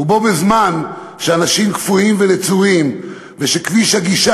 בו בזמן שאנשים קפואים ונצורים ושכביש הגישה